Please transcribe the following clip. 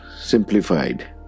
simplified